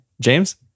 James